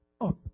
up